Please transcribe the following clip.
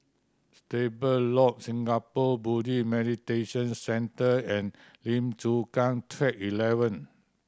Stable Loop Singapore Buddhist Meditation Centre and Lim Chu Kang Track Eleven